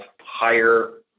higher